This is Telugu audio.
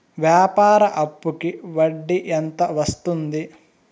వ్యాపార అప్పుకి వడ్డీ ఎంత వస్తుంది?